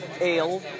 ale